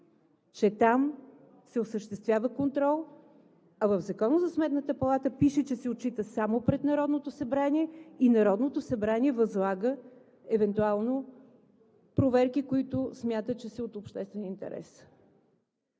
че там се осъществява контрол, а в Закона за Сметната палата пише, че се отчита само пред Народното събрание и Народното събрание възлага евентуално проверки, за които смята, че са от обществен интерес.